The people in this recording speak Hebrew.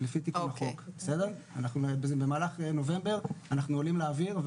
אנחנו במהלך נובמבר נעלה לאויר,